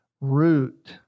root